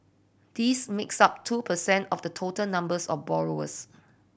this makes up two percent of the total numbers of borrowers